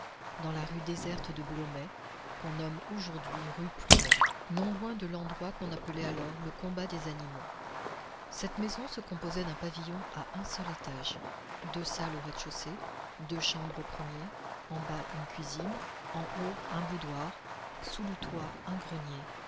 dans la rue déserte de blomet qu'on nomme aujourd'hui rue plumet non loin de l'endroit qu'on appelait alors le combat des animaux cette maison se composait d'un pavillon à un seul étage deux salles au rez-de-chaussée deux chambres au premier en bas une cuisine en haut un boudoir sous le toit un grenier